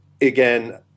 again